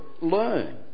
learn